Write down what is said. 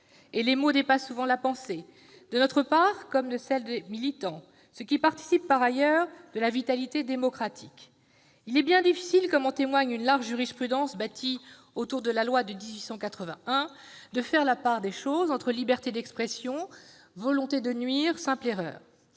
et les mots dépassent souvent la pensée, de notre part comme de celle des militants, ce qui participe par ailleurs de la vitalité démocratique. Il est bien difficile, comme en témoigne une large jurisprudence bâtieautour de la loi de 1881, de faire la part des choses entre liberté d'expression, volonté de nuire ou simple erreur.